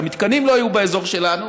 שהמתקנים לא יהיו באזור שלנו.